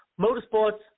Motorsports